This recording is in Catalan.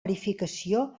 verificació